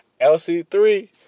LC3